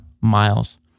miles